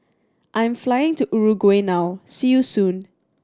I'm flying to Uruguay now see you soon